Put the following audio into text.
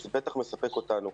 אז הוא בטח מספק אותנו.